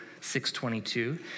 622